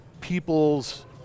people's